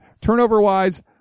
Turnover-wise